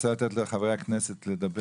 אני רוצה לתת לחברי הכנסת לדבר.